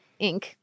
Inc